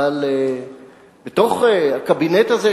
אבל בתוך הקבינט הזה,